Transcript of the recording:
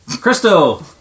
Crystal